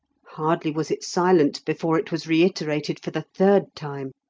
hardly was it silent before it was reiterated for the third time.